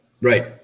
Right